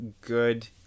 good